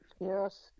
Yes